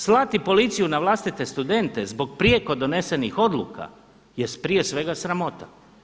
Slati policiju na vlastite studente zbog prijeko donesenih odluka jest prije svega sramota.